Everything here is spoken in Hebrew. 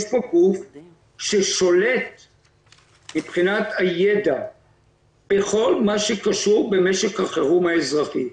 יש פה גוף ששולט מבחינת הידע בכל מה שקשור במשק החירום האזרחי.